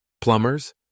Plumbers